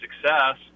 success